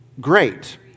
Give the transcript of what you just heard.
great